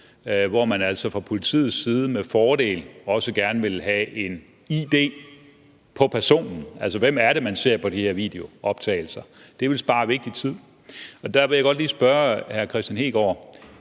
hvor man altså fra politiets side med fordel også gerne ville have en id på personen og altså ville vide, hvem det er, man ser, på de her videooptagelser. Det ville spare vigtig tid, og der vil jeg godt lige spørge hr. Kristian Hegaard: